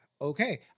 Okay